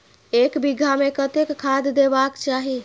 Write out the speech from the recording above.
एक बिघा में कतेक खाघ देबाक चाही?